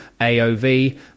AOV